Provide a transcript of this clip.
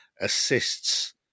assists